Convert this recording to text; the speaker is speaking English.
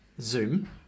Zoom